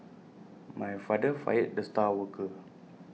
my father fired the star worker